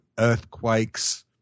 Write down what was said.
earthquakes